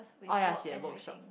oh ya she at workshop